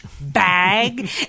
bag